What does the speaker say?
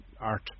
art